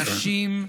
נשים,